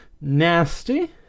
nasty